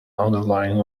underlying